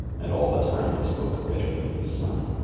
and all the time he spoke bitterly of the sun.